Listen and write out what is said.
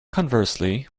conversely